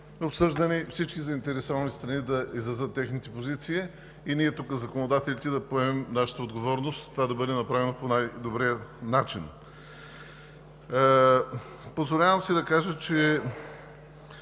обсъждане и всички заинтересовани страни да изразят своите позиции, и тук ние, законодателите, да поемем своята отговорност това да бъде направено по най-добрия начин. Позволявам си да кажа, че